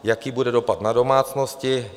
Jaký bude dopad na domácnosti?